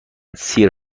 سیر